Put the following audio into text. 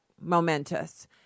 momentous